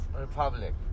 republic